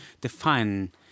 define